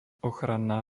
ochranná